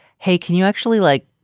hey, can you actually, like,